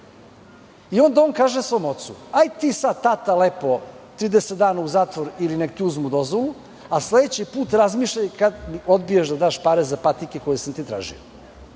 Onda on kaže svom ocu – ajde sad ti tata, lepo 30 dana u zatvor, ili nek ti uzmu dozvolu, a sledeći put razmišljaj kada odbiješ da mi daš pare za patike koje sam ti tražio. Zar